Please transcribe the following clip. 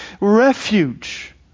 refuge